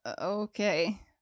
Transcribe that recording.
Okay